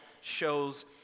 shows